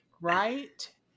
Right